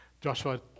Joshua